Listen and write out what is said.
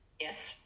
yes